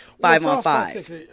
five-on-five